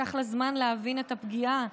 לקח לה זמן להבין את הפגיעה.